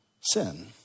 sin